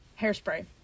Hairspray